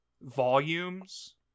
volumes